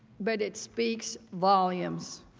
but it speaks volumes.